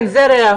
כן, זה ריח.